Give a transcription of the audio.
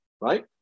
right